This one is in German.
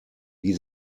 wie